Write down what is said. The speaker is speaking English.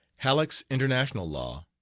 halleck's international law.